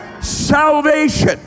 salvation